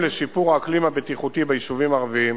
לשיפור האקלים הבטיחותי ביישובים הערביים